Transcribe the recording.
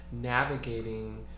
navigating